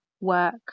work